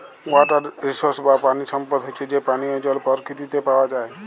water resource বা পানি সম্পদ হচ্যে যে পানিয় জল পরকিতিতে পাওয়া যায়